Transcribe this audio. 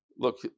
Look